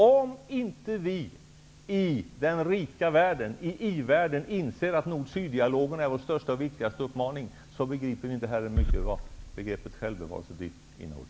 Om vi i den rika världen, i i-världen, inte inser att nord--syd-dialogen är vår största och viktigaste uppmaning begriper vi nog inte vad begreppet självbevarelsedrift innehåller.